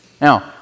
Now